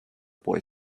boy